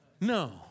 No